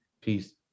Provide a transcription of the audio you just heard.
Peace